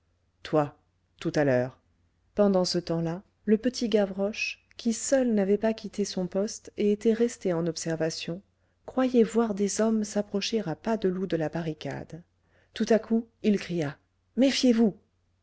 toi tout à l'heure pendant ce temps-là le petit gavroche qui seul n'avait pas quitté son poste et était resté en observation croyait voir des hommes s'approcher à pas de loup de la barricade tout à coup il cria méfiez-vous